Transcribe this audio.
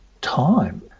time